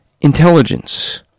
intelligence